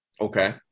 okay